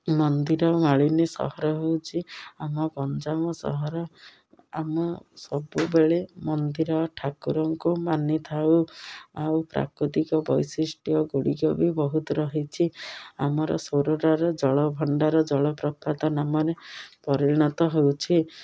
ମନ୍ଦିର ମାଳିନୀ ସହର ହେଉଛି ଆମ ଗଞ୍ଜାମ ସହର ଆମ ସବୁବେଳେ ମନ୍ଦିର ଠାକୁରଙ୍କୁ ମାନିଥାଉ ଆଉ ପ୍ରାକୃତିକ ବୈଶିଷ୍ଟ୍ୟଗୁଡ଼ିକ ବି ବହୁତ ରହିଛି ଆମର ସରୋରାର ଜଳଭଣ୍ଡାର ଜଳପ୍ରପାତ ନାମରେ ପରିଣତ ହେଉଛି